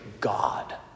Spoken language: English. God